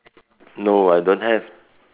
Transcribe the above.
no I don't have